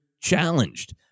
challenged